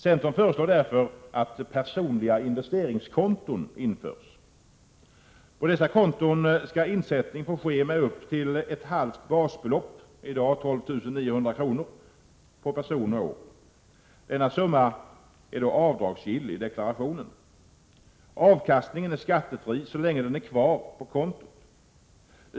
Centern föreslår därför att personliga investeringskonton införs. På dessa konton skall insättning få ske med upp till ett halvt basbelopp, i dag 12 900 kr., per person och år. Denna summa är avdragsgill i deklarationen. Avkastningen är skattefri så länge den är kvar på kontot.